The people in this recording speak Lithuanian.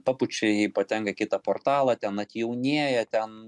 papučia jį patenka į kitą portalą ten atjaunėja ten